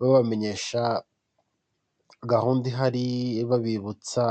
babamenyesha gahunda ihari babibutsa.